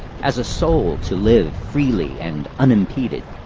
as a soul to live freely and unimpeded.